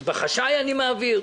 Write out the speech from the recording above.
אז בחשאי אני אעביר?